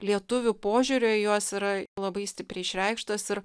lietuvių požiūrio į juos yra labai stipriai išreikštas ir